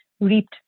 reaped